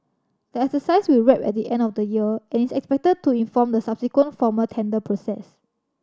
the exercise will wrap at the end of the year and is expected to inform the subsequent formal tender process